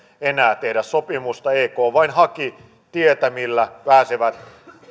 enää tehdä sopimusta ek vain haki tietä millä he pääsivät